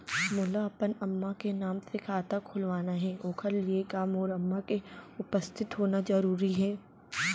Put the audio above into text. मोला अपन अम्मा के नाम से खाता खोलवाना हे ओखर लिए का मोर अम्मा के उपस्थित होना जरूरी हे?